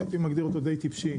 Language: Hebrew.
הייתי מגדיר אותו די טיפשי,